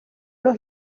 los